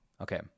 okay